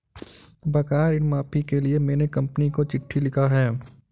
बकाया ऋण माफी के लिए मैने कंपनी को चिट्ठी लिखा है